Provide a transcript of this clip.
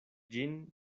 ĝin